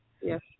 Yes